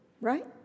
right